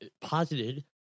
posited